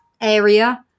area